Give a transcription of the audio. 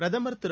பிரதமர் திரு